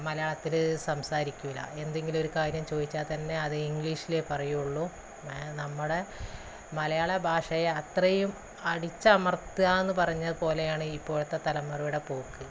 മലയാളത്തിൽ സംസാരിക്കില്ല എന്തെങ്കിലുമൊരു കാര്യം ചോദിച്ചാൽ തന്നെ അത് ഇംഗ്ലീഷിലെ പറയുകയുള്ളൂ നമ്മുടെ മലയാള ഭാഷയെ അത്രയും അടിച്ചമർത്തുക എന്ന് പറഞ്ഞത് പോലെയാണ് ഇപ്പോഴത്തെ തലമുറയുടെ പോക്ക്